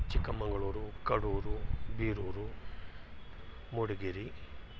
Chikkamagaluru Kaduru Beeruru Mudigere